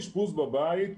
אשפוז בבית,